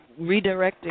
redirecting